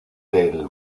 del